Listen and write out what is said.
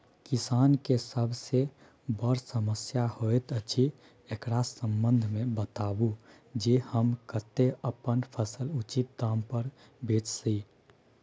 किसान के सबसे बर समस्या होयत अछि, एकरा संबंध मे बताबू जे हम कत्ते अपन फसल उचित दाम पर बेच सी?